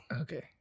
Okay